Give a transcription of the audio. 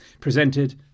presented